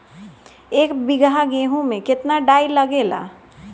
एक बीगहा गेहूं में केतना डाई लागेला?